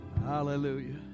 Hallelujah